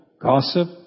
gossip